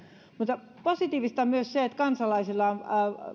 mutta positiivista on myös se että kansalaisilla on tällä hetkellä